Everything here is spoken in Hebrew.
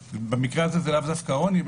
במקרה הזה זה לאו דווקא עוני,